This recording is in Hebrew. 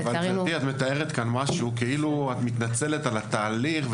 אבל את מתארת כאן משהו כאילו את מתנצלת על התהליך,